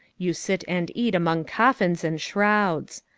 you sit and eat among coffins and shrouds.